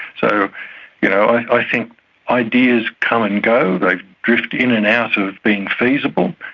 so you know i think ideas come and go, they drift in and out of being feasible.